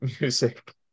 music